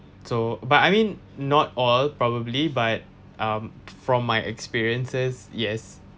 so but I mean not all probably but um from my experiences yes